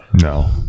No